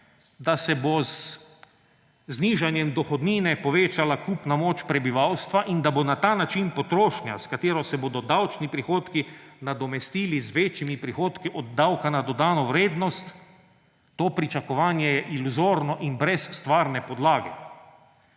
da se bo z znižanjem dohodnine povečala kupna moč prebivalstva in da se bo na ta način povečala potrošnja, s katero se bodo davčni prihodki nadomestili z večjimi prihodki od davka na dodano vrednost. To pričakovanje je iluzorno in brez stvarne podlage.